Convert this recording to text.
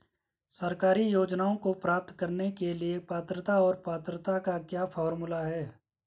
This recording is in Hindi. सरकारी योजनाओं को प्राप्त करने के लिए पात्रता और पात्रता का क्या फार्मूला है?